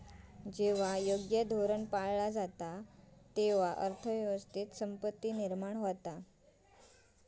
जेव्हा योग्य धोरण पाळला जाता, तेव्हा अर्थ व्यवस्थेत संपत्ती निर्माण होता